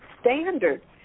standard